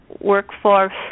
workforce